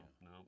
No